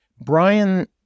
Brian